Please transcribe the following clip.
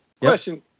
question